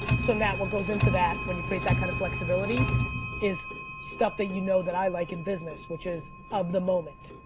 so, nat, what goes into that when you create that kind of flexibility is stuff that you know that i like in business, which is of the moment.